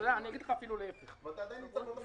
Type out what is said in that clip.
אתה עדיין נמצא באותו מקום.